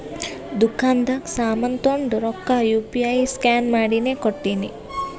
ದುಕಾಂದಾಗ್ ಸಾಮಾನ್ ತೊಂಡು ರೊಕ್ಕಾ ಯು ಪಿ ಐ ಸ್ಕ್ಯಾನ್ ಮಾಡಿನೇ ಕೊಟ್ಟಿನಿ